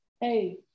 Hey